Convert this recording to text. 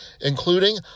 including